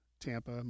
Tampa